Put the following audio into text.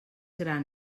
gran